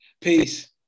Peace